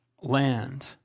land